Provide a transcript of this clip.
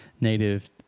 native